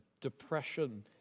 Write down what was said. depression